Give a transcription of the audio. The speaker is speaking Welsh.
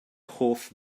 hoff